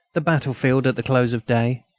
the battlefield at the close of day.